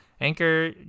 anchor